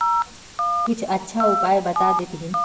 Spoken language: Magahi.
कुछ अच्छा उपाय बता देतहिन?